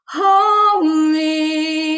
holy